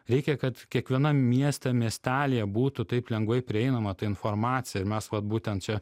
reikia kad kiekvienam mieste miestelyje būtų taip lengvai prieinama ta informacija ir mes vat būtent čia